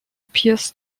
appears